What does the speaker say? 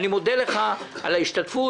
אני מודה לך על ההשתתפות,